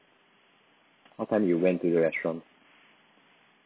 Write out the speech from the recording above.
what time you went to the restaurant